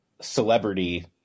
Celebrity